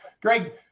Greg